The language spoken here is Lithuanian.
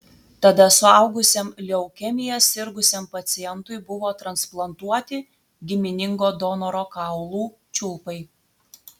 tada suaugusiam leukemija sirgusiam pacientui buvo transplantuoti giminingo donoro kaulų čiulpai